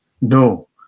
No